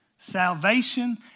salvation